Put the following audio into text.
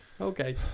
okay